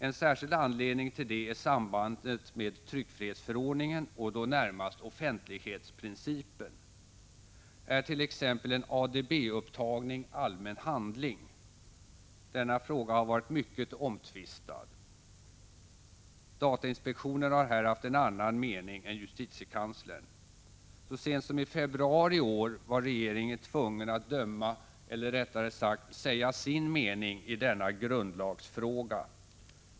En särskild anledning till det är sambandet med tryckfrihetsförordningen och då närmast offentlighetsprincipen. Är t.ex. en ADB-upptagning allmän handling? Denna fråga har varit mycket omtvistad. Datainspektionen har här haft annan mening än justitiekanslern. Så sent som i februari i år var regeringen tvungen att döma — eller rättare sagt säga sin mening — i denna grundlagsfråga.